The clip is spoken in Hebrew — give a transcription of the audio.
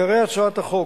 הקרקע והים,